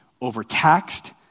over-taxed